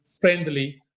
friendly